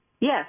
Yes